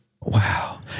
Wow